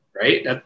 right